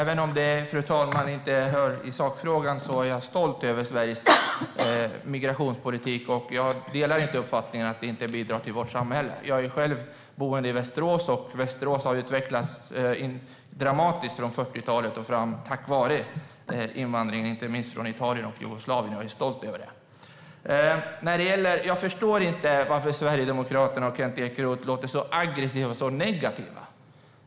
Fru talman! Även om det inte hör till sakfrågan vill jag säga att jag är stolt över Sveriges migrationspolitik. Jag delar inte uppfattningen att migrationen inte bidrar till vårt samhälle. Jag är själv boende i Västerås. Västerås har utvecklats dramatiskt från 40-talet och framåt inte minst tack vare invandringen från Italien och Jugoslavien. Jag är stolt över det. Jag förstår inte varför Sverigedemokraterna och Kent Ekeroth låter så aggressiva och negativa.